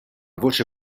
voce